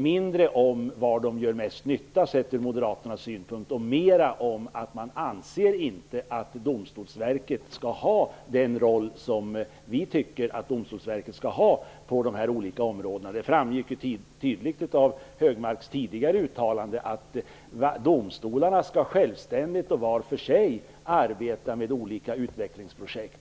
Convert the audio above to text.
mindre om var de gör mest nytta, sett från moderaternas synpunkt, och mera om att moderaterna inte anser att Domstolsverket skall ha den roll som vi tycker att Domstolsverket skall ha på dessa olika områden. Det framgick tydligt av Högmarks tidigare uttalande att han anser att domstolarna självständigt och var för sig skall arbeta med olika utvecklingsprojekt.